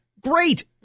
Great